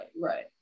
right